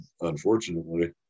unfortunately